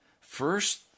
First